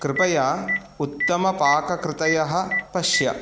कृपया उत्तम पाककृतयः पश्य